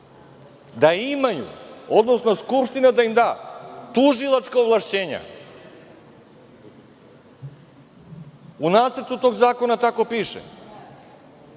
da imaju, odnosno Skupština da im da, tužilačka ovlašćenja. U nacrtu tog zakona tako piše.